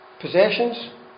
possessions